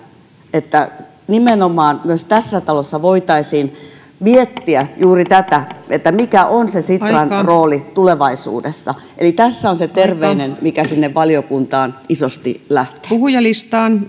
että nimenomaan myös tässä talossa voitaisiin miettiä juuri tätä mikä on se sitran rooli tulevaisuudessa eli tässä on se terveinen mikä sinne valiokuntaan isosti lähtee puhujalistaan